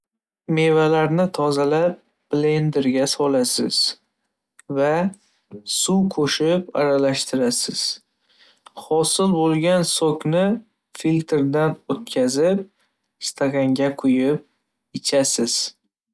Mevalarni tozalab, blenderga solasiz va suv qo'shib, aralashtirasiz. Hosil bo'lgan sokni filtrdan o'tkazib, stakanga quyib ichasiz.